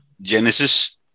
Genesis